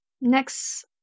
Next